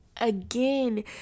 Again